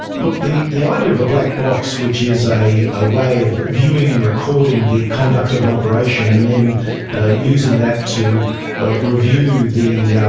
look, the the idea of a black box, which is a a way of viewing and recording the conduct of an operation and then using that to review the